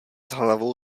hlavou